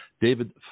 David